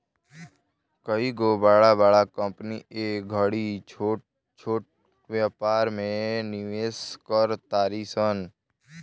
कइगो बड़का कंपनी ए घड़ी छोट छोट व्यापार में निवेश कर तारी सन